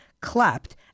clapped